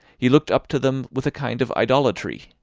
he looked up to them with a kind of idolatry,